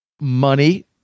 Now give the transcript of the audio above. Money